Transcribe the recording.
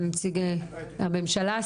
נציגי הממשלה.